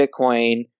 Bitcoin